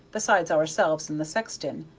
besides ourselves and the sexton,